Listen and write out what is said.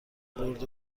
برد